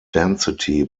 density